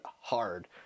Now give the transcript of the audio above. hard